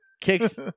kicks